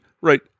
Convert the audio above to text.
right